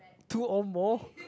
two or more